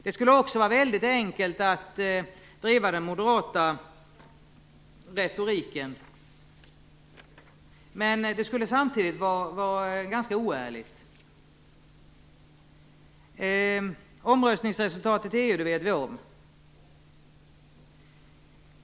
Det skulle också vara enkelt att driva den moderata retoriken, men det skulle samtidigt vara ganska oärligt. Vi är medvetna om resultatet av EU omröstningen.